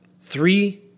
three